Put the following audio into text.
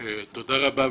תודה רבה.